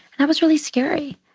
that was really scary.